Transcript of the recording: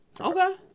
okay